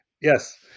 yes